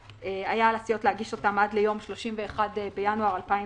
היה על הסיעות להגיש עד ליום 31 בינואר 2021,